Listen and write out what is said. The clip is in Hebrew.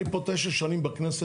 אני פה 9 שנים בכנסת.